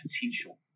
potential